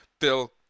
Bill